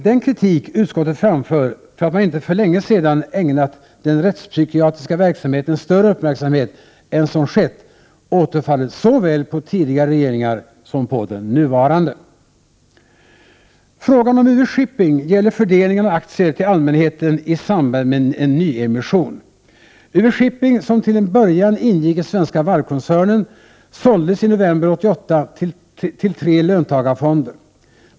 Den kritik utskottet framför för att man inte för länge sedan ägnat den rättspsykiatriska verksamheten större uppmärksamhet än som skett återfaller såväl på tidigare regeringar som på den nuvarande. Frågan om UV-Shipping gäller fördelningen av aktier till allmänheten i samband med en nyemission. UV-Shipping, som till en början ingick i Svenska Varvkoncernen, såldes i november 1988 till tre löntagarfonder.